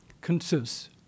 consists